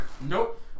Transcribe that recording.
Nope